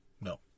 No